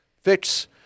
fix